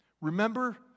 Remember